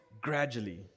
gradually